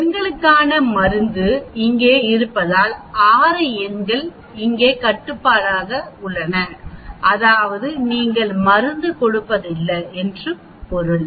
எண்களுக்கான மருந்து இங்கே இருப்பதால் 6 எண்கள் இங்கே கட்டுப்பாடாக உள்ளன அதாவது நீங்கள் மருந்து கொடுப்பதில்ல என்று பொருள்